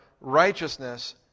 righteousness